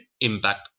impact